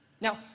Now